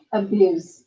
abuse